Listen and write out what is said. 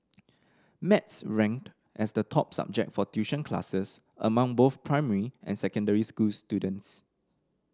maths ranked as the top subject for tuition classes among both primary and secondary school students